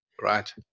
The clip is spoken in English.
right